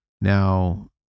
now